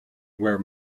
where